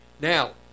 Now